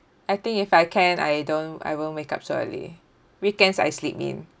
I think if I can I don't I won't wake up so early weekends I sleep in